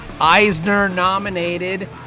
Eisner-nominated